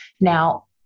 Now